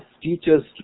teachers